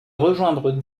rejoindre